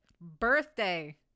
birthday